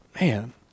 Man